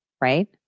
right